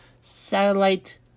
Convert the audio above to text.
satellite